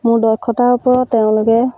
মোৰ দক্ষতাৰ ওপৰত তেওঁলোকে